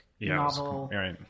Novel